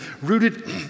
rooted